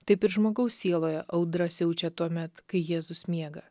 taip ir žmogaus sieloje audra siaučia tuomet kai jėzus miega